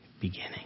beginning